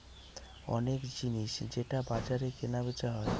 অনেক জিনিস যেটা বাজারে কেনা বেচা হয়